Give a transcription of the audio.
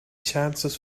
chances